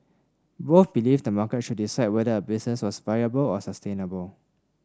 both believed the market should decide whether a business was viable or sustainable